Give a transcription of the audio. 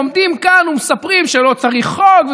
ועומדים כאן ומספרים שלא צריך חוק,